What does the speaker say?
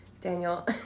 Daniel